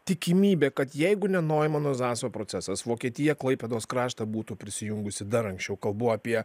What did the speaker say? tikimybė kad jeigu ne noimano zaso procesas vokietija klaipėdos kraštą būtų prisijungusi dar anksčiau kalbu apie